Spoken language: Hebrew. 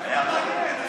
היה מעניין.